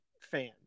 fans